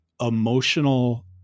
emotional